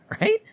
right